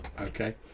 okay